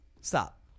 Stop